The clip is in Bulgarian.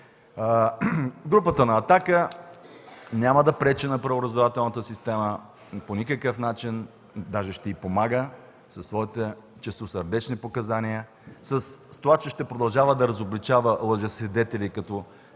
Групата на „Атака” няма да пречи на правораздавателната система по никакъв начин, даже ще й помага със своите чистосърдечни показания, ще продължава да разобличава лъжесвидетели, като